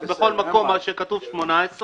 אז בכל מקום בו כתוב 18,000,